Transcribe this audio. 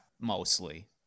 mostly